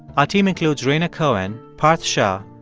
our team includes rhaina cohen, parth shah,